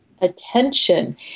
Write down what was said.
attention